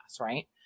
right